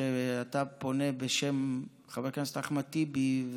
אתה פונה בשם חבר הכנסת אחמד טיבי,